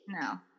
No